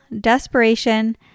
desperation